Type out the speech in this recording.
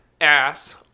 ass